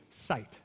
sight